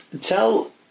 Tell